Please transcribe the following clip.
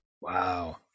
Wow